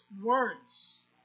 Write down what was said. words